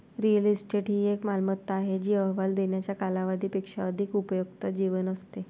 real estate ही एक मालमत्ता आहे जी अहवाल देण्याच्या कालावधी पेक्षा अधिक उपयुक्त जीवन असते